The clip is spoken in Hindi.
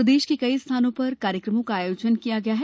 प्रदेश के कई स्थानों पर कार्यक्रम का आयोजन किया गया है